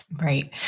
Right